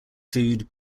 food